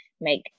Make